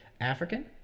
African